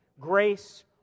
Grace